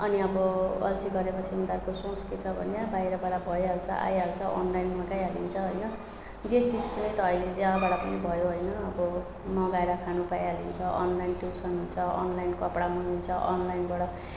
अनि अब अल्छी गरेपछि उनीहरूको सोच के छ भने बाहिरबाट भइहाल्छ आइहाल्छ अनलाइन मगाइहालिन्छ होइन जे चिज पनि त अहिले जहाँबाट पनि भयो होइन अब मगाएर खानु पाइहालिन्छ अनलाइन ट्युसन हुन्छ अनलाइन कपडा मगाइहालिन्छ अनलाइनबाट